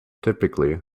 typically